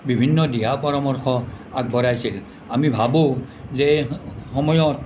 বিভিন্ন দিহা পৰামৰ্শ আগবঢ়াইছিল আমি ভাবোঁ যে সময়ত